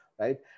right